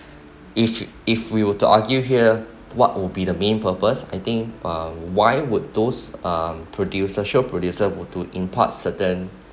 if if we were to argue here what would be the main purpose I think uh why would those um producer show producer would do in part certain